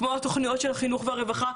כמו התוכניות של החינוך והרווחה,